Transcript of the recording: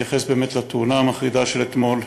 אתייחס לתאונה המחרידה של אתמול,